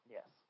Yes